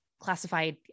classified